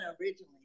originally